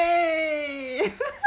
!yay!